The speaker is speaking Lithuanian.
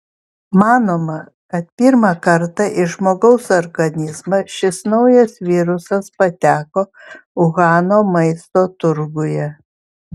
manoma kad pirmą kartą į žmogaus organizmą šis naujas virusas pateko uhano maisto turguje